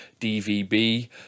dvb